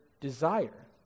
desire